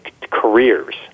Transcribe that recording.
careers